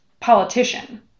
politician